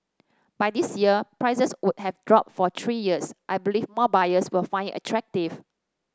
by this year prices would have dropped for three years I believe more buyers will find it attractive